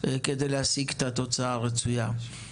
כדי להשיג את התוצאה הרצויה.